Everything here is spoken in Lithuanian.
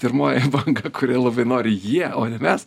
pirmoji banga kuri labai nori jie o ne mes